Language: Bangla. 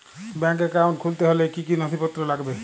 ব্যাঙ্ক একাউন্ট খুলতে হলে কি কি নথিপত্র লাগবে?